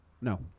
No